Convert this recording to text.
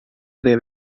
det